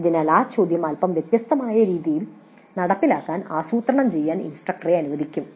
അതിനാൽ ഈ ചോദ്യം അല്പം വ്യത്യസ്തമായ രീതിയിൽ നടപ്പിലാക്കാൻ ആസൂത്രണം ചെയ്യാൻ ഇൻസ്ട്രക്ടറെ അനുവദിക്കും